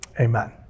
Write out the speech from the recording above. amen